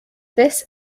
this